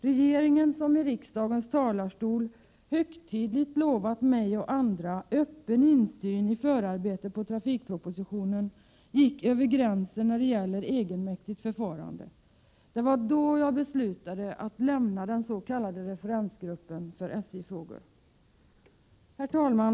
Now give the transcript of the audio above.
Regeringen, som i riksdagens talarstol högtidligt lovat mig och andra öppen insyn i förarbetet på trafikpropositionen gick över gränsen när det gäller egenmäktigt förfarande. Det var då jag beslutade att lämna den s.k. referensgruppen för SJ-frågor. Herr talman!